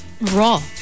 raw